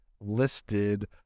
listed